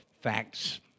facts